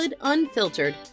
unfiltered